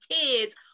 kids